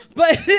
but.